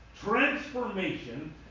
transformation